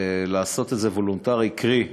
לעשות את זה וולונטרי, קרי: